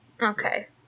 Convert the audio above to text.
okay